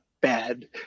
bad